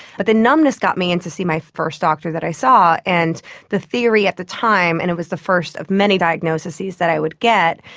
but the numbness got me in to see the first doctor that i saw, and the theory at the time, and it was the first of many diagnoses that i would get,